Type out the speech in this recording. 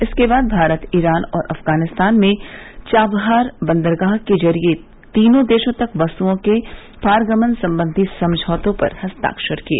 इसके बाद भारत ईरान और अफगानिस्तान में चाबहार बंदरगाह के जरिए तीनों देशों तक वस्तुओं के पारगमन सम्बंधी समझौतों पर हस्ताक्षर किए